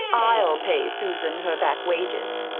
i'll pay susan her back wages.